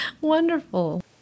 Wonderful